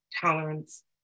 tolerance